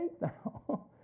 now